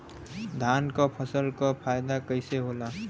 धान क फसल क फायदा कईसे होला?